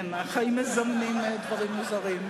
כן, החיים מזמנים דברים מוזרים.